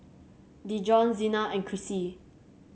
Dijon Zina and Krissy